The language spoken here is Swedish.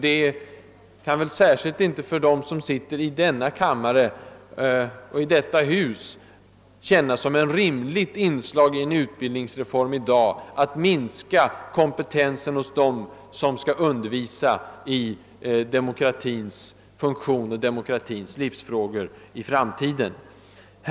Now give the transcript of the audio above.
I synnerhet måste det väl för dem, som verkar i detta hus, kännas som ett orimligt inslag i en utbildningsreform i dag att minska kompetensen hos de personer som skall undervisa om demokratins funktion och livsfrågor i framtiden.